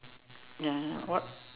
ya what